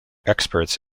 experts